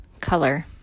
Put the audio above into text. Color